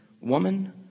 Woman